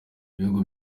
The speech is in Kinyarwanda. ibihugu